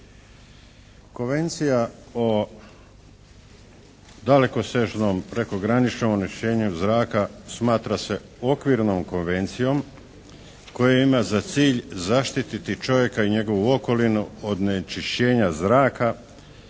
Konvencija o dalekosežnom prekograničnom onečišćenju zraka smatra se okvirnom konvencijom koja ima za cilj zaštititi čovjeka i njegovu okolinu od onečišćenja zraka